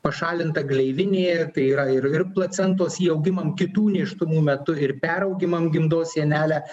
pašalinta gleivinė tai yra ir ir placentos įaugimam kitų nėštumų metu ir peraugimam gimdos sienelę